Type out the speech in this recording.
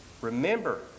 Remember